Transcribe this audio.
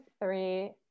three